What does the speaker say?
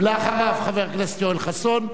ולאחריו, חבר הכנסת יואל חסון,